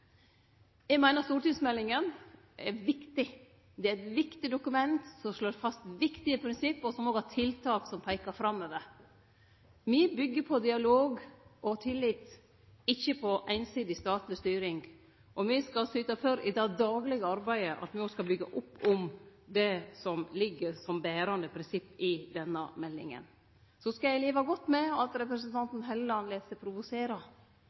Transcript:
Eg meiner stortingsmeldinga er viktig, det er eit viktig dokument som slår fast viktige prinsipp, og som òg har tiltak som peiker framover. Me byggjer på dialog og tillit, ikkje på einsidig statleg styring. Me skal i det daglege arbeidet syte for at me òg skal byggje opp om det som ligg som berande prinsipp i denne meldinga. Så kan eg leve godt med at representanten Helleland lèt seg